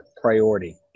priority